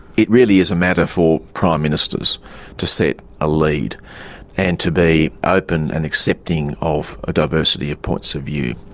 it really is a matter for prime ministers to set a lead and to be open and accepting of a diversity of points of view.